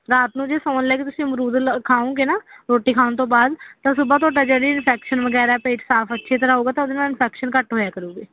ਰਾਤ ਨੂੰ ਜੀ ਸੋਣ ਲੱਗੇ ਤੁਸੀਂ ਅਮਰੂਦ ਲ ਖਾਓਂਗੇ ਨਾ ਰੋਟੀ ਖਾਣ ਤੋਂ ਬਾਅਦ ਤਾਂ ਸੁਬਹਾ ਤੁਹਾਡਾ ਜਿਹੜੀ ਇਨਫੈਕਸ਼ਨ ਵਗੈਰਾ ਪੇਟ ਸਾਫ਼ ਅੱਛੀ ਤਰ੍ਹਾਂ ਹੋਵੇਗਾ ਤਾਂ ਉਹਦੇ ਨਾਲ ਇਨਫੈਕਸ਼ਨ ਘੱਟ ਹੋਇਆ ਕਰੂਗੀ